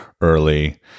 early